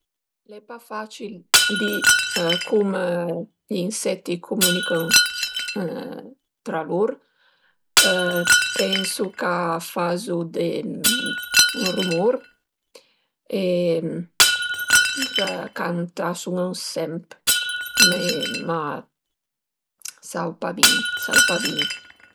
Al e pa facil di cume gl'insetti a cumünichën tra lur, pensu ch'a fazu 'd rumur cant a sun ënsemp me ma sau sai pa bin